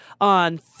on